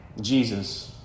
Jesus